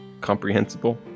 comprehensible